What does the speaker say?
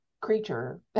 creature